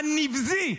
הנבזי,